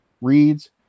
Reads